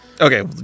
Okay